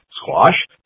Squash